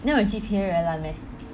then your G_P_A very 烂 meh